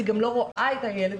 היא גם לא רואה את הילד,